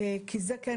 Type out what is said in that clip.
כי זה בעצם